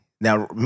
Now